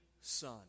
son